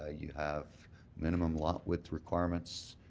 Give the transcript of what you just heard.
ah you have minimum lot width requirements,